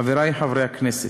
חברי חברי הכנסת,